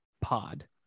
pod